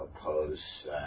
oppose